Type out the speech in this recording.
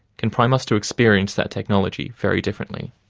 can prime us to experience that technology very differently.